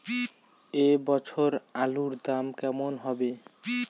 এ বছর আলুর দাম কেমন হবে?